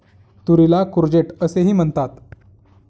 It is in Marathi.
तुरीला कूर्जेट असेही म्हणतात